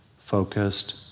focused